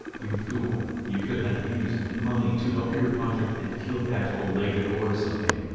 you fool, you could have used that money to help your project and kill that old lady or something,